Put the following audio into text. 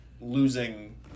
losing